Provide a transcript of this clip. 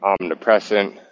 omnipresent